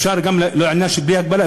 אפשר גם בלי הגבלה,